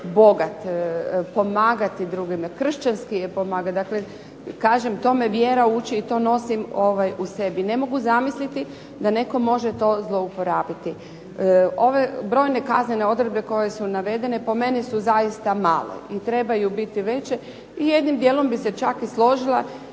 bogat, pomagati drugima. Kršćanski je pomagati, dakle kažem to me vjera uči i to nosim u sebi. Ne mogu zamisliti da netko može to zlouporabiti. Ove brojne kaznene odredbe koje su navedene po meni su zaista malo i trebaju biti veće i jednim dijelom bi se čak i složila